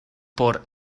por